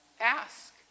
Ask